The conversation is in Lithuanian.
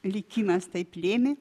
likimas taip lėmė